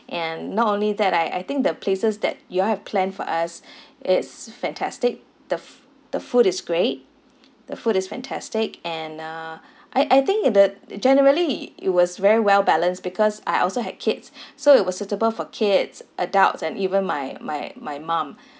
and not only that I I think the places that you all have planned for us it's fantastic the f~ the food is great the food is fantastic and uh I I think uh that generally it was very well balanced because I also had kids so it was suitable for kids adults and even my my my mum